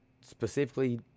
specifically